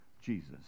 Jesus